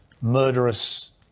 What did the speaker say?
murderous